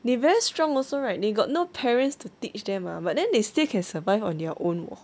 they very strong also right they got no parents to teach them ah but then they still can survive on their own